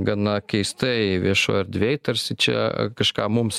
gana keistai viešoj erdvėj tarsi čia kažką mums